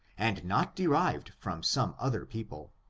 and not derived from some other people.